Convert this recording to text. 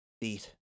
Beat